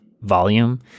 volume